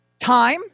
time